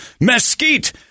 mesquite